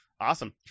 Awesome